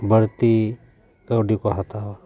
ᱵᱟᱹᱲᱛᱤ ᱠᱟᱹᱣᱰᱤ ᱠᱚ ᱦᱟᱛᱟᱣᱟ